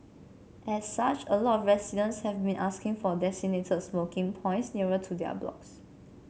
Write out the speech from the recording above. as such a lot of residents have been asking for designated smoking points nearer to their blocks